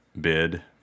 bid